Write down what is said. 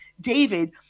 David